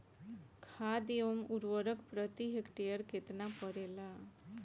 खाध व उर्वरक प्रति हेक्टेयर केतना पड़ेला?